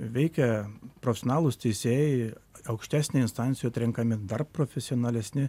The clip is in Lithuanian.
veikia profesionalūs teisėjai aukštesnėj instancijoj atrenkami dar profesionalesni